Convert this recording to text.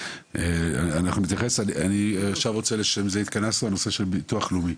אני רוצה להיכנס לנושא של ביטוח לאומי.